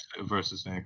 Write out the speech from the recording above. versus